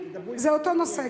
זה אותו נושא,